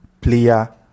player